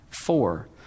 Four